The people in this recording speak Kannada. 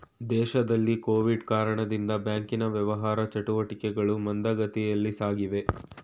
ದೇಶದಲ್ಲಿ ಕೊವಿಡ್ ಕಾರಣದಿಂದ ಬ್ಯಾಂಕಿನ ವ್ಯವಹಾರ ಚಟುಟಿಕೆಗಳು ಮಂದಗತಿಯಲ್ಲಿ ಸಾಗಿವೆ